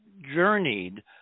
journeyed